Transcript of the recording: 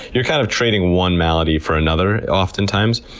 you're kind of trading one malady for another, oftentimes.